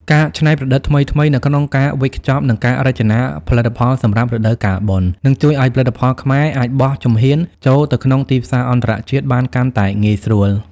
ការច្នៃប្រឌិតថ្មីៗនៅក្នុងការវេចខ្ចប់ និងការរចនាផលិតផលសម្រាប់រដូវកាលបុណ្យ នឹងជួយឱ្យផលិតផលខ្មែរអាចបោះជំហានចូលទៅក្នុងទីផ្សារអន្តរជាតិបានកាន់តែងាយស្រួល។